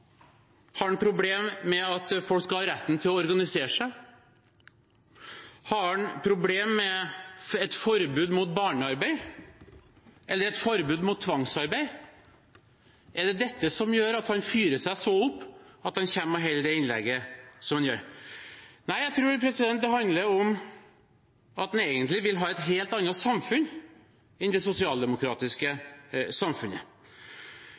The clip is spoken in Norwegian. Har han problemer med at folk skal ha retten til å organisere seg? Har han problemer med et forbud mot barnearbeid eller et forbud mot tvangsarbeid? Er det dette som gjør at han fyrer seg så opp at han kommer og holder det innlegget som han gjør? Nei, jeg tror det handler om at han egentlig vil ha et helt annet samfunn enn det sosialdemokratiske samfunnet.